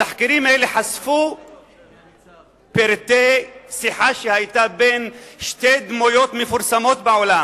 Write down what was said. התחקירים האלה חשפו פרטי שיחה שהיתה בין שתי דמויות מפורסמות בעולם: